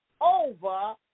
over